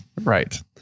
Right